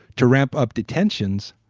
to ramp up detentions,